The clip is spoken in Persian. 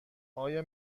آیا